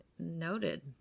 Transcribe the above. noted